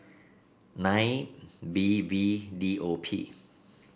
nine B V D O P